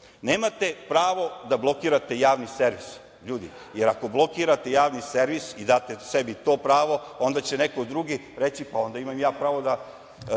govora. Nemate pravo da blokirate Javni servis, ljudi, jer ako blokirate Javni servis i date sebi to pravo, onda će neko drugi reći – onda i ja imam pravo da